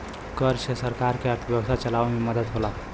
कर से सरकार के अर्थव्यवस्था चलावे मे मदद होला